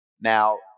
Now